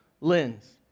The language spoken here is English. lens